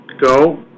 go